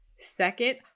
Second